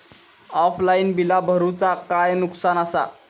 Offline बिला भरूचा काय नुकसान आसा?